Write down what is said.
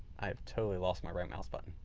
i've totally lost my right mouse button.